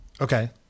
Okay